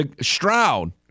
Stroud